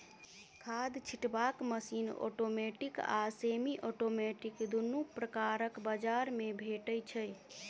खाद छिटबाक machine automatic आ सेमी औटोमेटिक दुनू प्रकारक बजार मे भेटै छै